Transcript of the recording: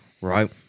right